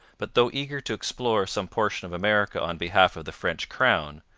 but though eager to explore some portion of america on behalf of the french crown,